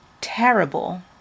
terrible